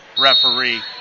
referee